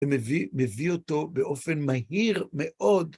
ומביא אותו באופן מהיר מאוד.